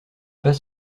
pas